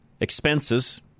expenses